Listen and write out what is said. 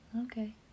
Okay